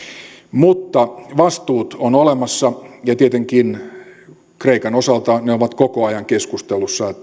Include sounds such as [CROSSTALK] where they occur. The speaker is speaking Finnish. mutta vastuut ovat olemassa ja tietenkin kreikan osalta ne ovat koko ajan keskustelussa [UNINTELLIGIBLE]